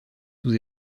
sous